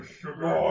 sugar